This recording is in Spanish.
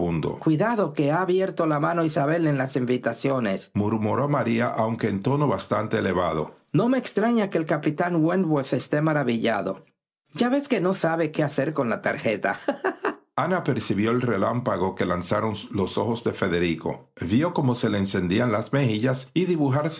cuidado que ha abierto la mano isabel en las invitaciones murmuró maría aunque en tono bastante elevado no me extraña que el capitán wentworth esté maravillado ya ves que no sabe qué hacer con la tarjeta ana percibió el relámpago que lanzaron los ojos de federico vió cómo se le encendían las mejillas y dibujarse